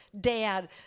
dad